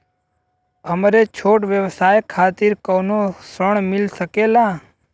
हमरे छोट व्यवसाय खातिर कौनो ऋण मिल सकेला?